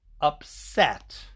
upset